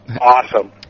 Awesome